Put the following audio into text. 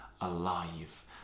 alive